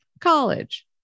college